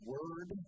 Word